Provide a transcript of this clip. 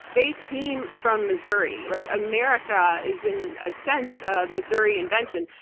they came from missouri. like america is, in a sense, a missouri invention.